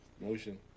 Motion